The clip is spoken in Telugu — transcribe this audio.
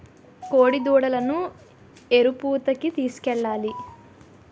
కోడిదూడలను ఎరుపూతకి తీసుకెళ్లాలి